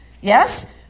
Yes